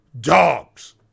Dogs